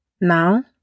Now